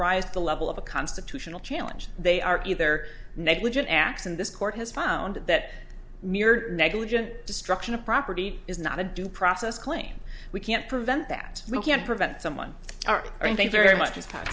rise to the level of a constitutional challenge they are either negligent acts and this court has found that mere negligent destruction of property is not a due process claim we can't prevent that we can't prevent someone our thank you very much a